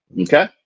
okay